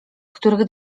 których